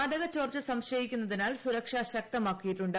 വാതകപ്പോർച്ച സംശയിക്കുന്നതിനാൽ സുരക്ഷ ശക്തമായിക്കിയിട്ടുണ്ട്